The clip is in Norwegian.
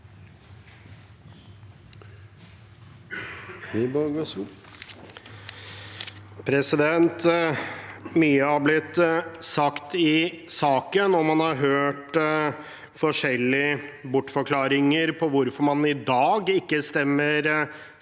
Mye har blitt sagt i saken, og man har hørt forskjellige bortforklaringer på hvorfor man i dag ikke stemmer for